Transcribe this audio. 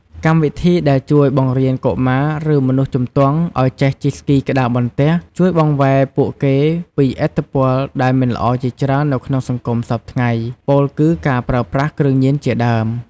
កម្មវិធីដែលជួយបង្រៀនកុមារ ឬ មនុស្សជំទង់ឱ្យចេះជិះស្គីក្ដារបន្ទះ ជួយបង្វែរពួកគេពីឥទ្ធិពលដែលមិនល្អជាច្រើននៅក្នុងសង្គមសព្វថ្ងៃ ពោលគឺ ការប្រើប្រាស់គ្រឿងញៀនជាដើម។